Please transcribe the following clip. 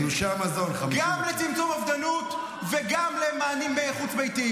בתלושי המזון 50%. גם בצמצום אובדנות וגם במענים חוץ-ביתיים.